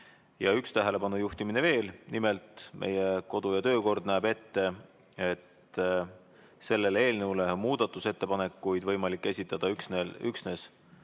Ja üks tähelepanujuhtimine veel. Nimelt, meie kodu‑ ja töökord näeb ette, et selle eelnõu kohta on muudatusettepanekuid võimalik esitada üksnes